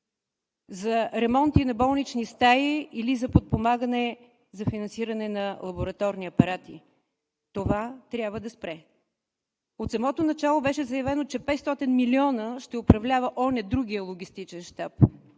за ремонти на болнични стаи или за подпомагане, за финансиране на лабораторни апарати. Това трябва да спре! От самото начало беше заявено, че 500 милиона ще управлява онзи, другият логистичен щаб